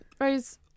Rose